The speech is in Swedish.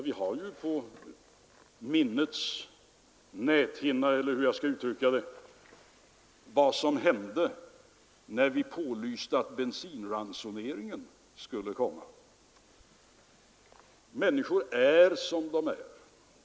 Vi har på minnets näthinna vad som hände när vi pålyste att bensinransoneringen skulle införas. Människor är som de är.